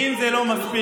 ואם זה לא מספיק,